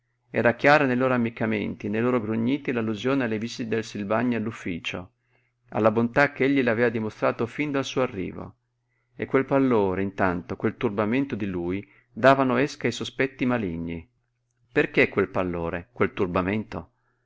era chiara nei loro ammiccamenti nei loro grugniti l'allusione alle visite del silvagni all'ufficio alla bontà ch'egli le aveva dimostrato fin dal suo arrivo e quel pallore intanto quel turbamento di lui davano esca ai sospetti maligni perché quel pallore quel turbamento